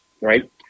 right